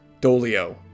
Dolio